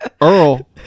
Earl